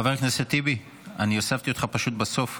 חבר הכנסת טיבי, אני הוספתי אותך פשוט בסוף.